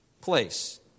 place